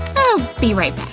oh be right